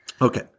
Okay